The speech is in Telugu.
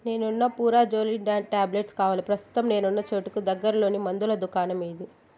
నేనున్న ఫురాజోలిడాన్ టాబ్లెట్స్ కావాలి ప్రస్థుతం నేనున్న చోటుకు దగ్గరలోని మందుల దుకాణం ఏది